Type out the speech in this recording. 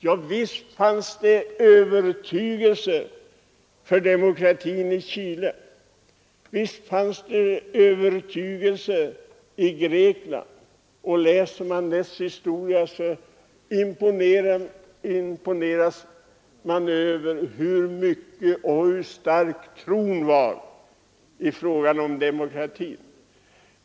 — Ja, visst fanns det övertygelse för demokratin i Chile, visst fanns det övertygelse i Grekland — läser man dess historia imponeras man över hur stark tron på demokratin var.